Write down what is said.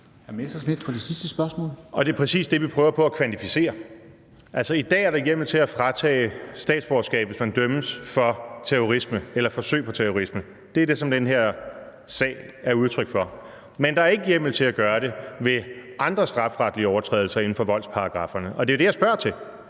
Det er præcis det, vi prøver på at kvantificere. Altså, i dag er der hjemmel til at fratage statsborgerskab, hvis man dømmes for terrorisme eller forsøg på terrorisme. Det er det, som den her sag er udtryk for. Men der er ikke hjemmel til at gøre det ved andre strafferetlige overtrædelser inden for voldsparagrafferne, og det er jo det, jeg spørger til.